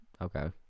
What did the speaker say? Okay